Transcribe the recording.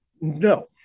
No